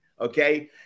okay